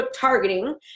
targeting